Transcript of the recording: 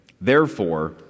Therefore